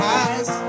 eyes